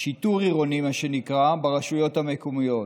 שיטור עירוני, מה שנקרא, ברשויות המקומיות.